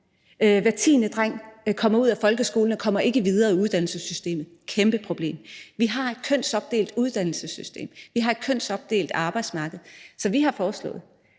Hver tiende dreng, der kommer ud af folkeskolen, kommer ikke videre i uddannelsessystemet, og det er et kæmpe problem. Vi har et kønsopdelt uddannelsessystem, vi har et kønsopdelt arbejdsmarked, så vi har foreslået,